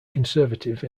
conservative